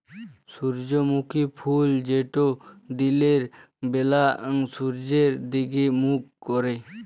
সূর্যমুখী ফুল যেট দিলের ব্যালা সূর্যের দিগে মুখ ক্যরে